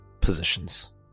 positions